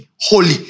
Holy